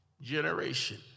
generation